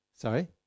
Sorry